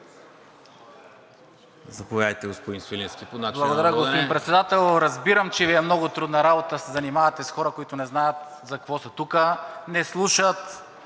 Заповядайте, господин Свиленски,